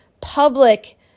public